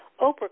Oprah